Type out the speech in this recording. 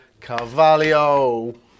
Carvalho